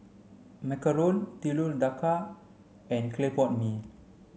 Macarons Telur Dadah and clay pot mee